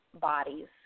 bodies